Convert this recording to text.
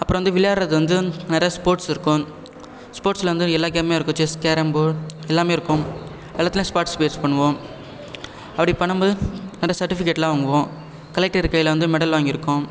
அப்புறம் வந்து விளையாடறது வந்து நிறைய ஸ்போர்ட்ஸ் இருக்கும் ஸ்போர்ட்ஸில் வந்து எல்லா கேமுமே இருக்கும் செஸ் கேரம் போர்டு எல்லாமே இருக்கும் எல்லாத்திலையும் பார்ட்ஸ்பேர்ட்ஸ் பண்ணுவோம் அப்படி பண்ணும்போதே நிறைய சர்டிஃபிகேட்லாம் வாங்குவோம் கலெக்டர் கையில் வந்து மெடல் வாங்கியிருக்கோம்